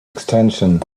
extension